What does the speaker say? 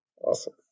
awesome